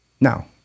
now